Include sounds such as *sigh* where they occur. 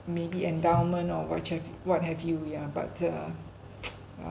maybe endowment or what uh what have you yeah but uh *noise* uh